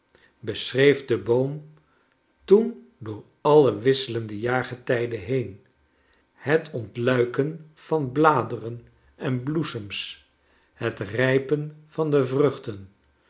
beschreef den boom toen door alle wisselende jaargetijden heen het ontluiken van bladeren en bloesems het rijpen van de vruchten